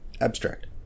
Abstract